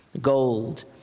...gold